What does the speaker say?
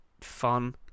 fun